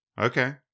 okay